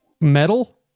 metal